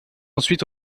ensuite